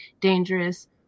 dangerous